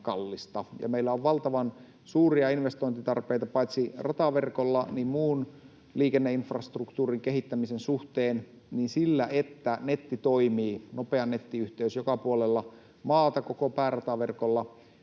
meillä on valtavan suuria investointitarpeita paitsi rataverkolla myös muun liikenneinfrastruktuurin kehittämisen suhteen, niin sillä, että netti toimii, nopea nettiyhteys joka puolella maata koko päärataverkolla,